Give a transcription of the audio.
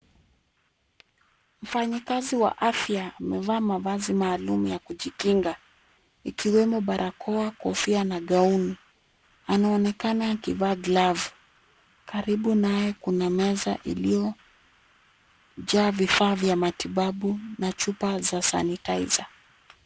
Mfanyikazi wa afya amevaa mavazi maalum ya kujikinga ikiwemo barakoa, kofia na gauni. Anaonekana akivaa glavu. Karibu naye kuna meza iliyojaa vifaa vya matibabu na chupa za sanitizer .